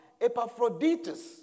Epaphroditus